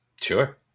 Sure